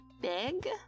big